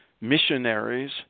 missionaries